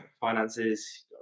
finances